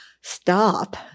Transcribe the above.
stop